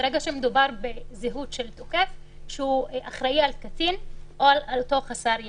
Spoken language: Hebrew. ברגע שמדובר בזהות של תוקף שהוא אחראי על קטין או על אותו חסר ישע.